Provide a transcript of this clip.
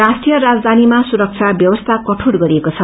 राष्ट्रीय राजधानीमा सुरब्ना व्यवस्था कठोर गरिएको छ